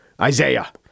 Isaiah